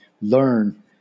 learn